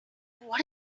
what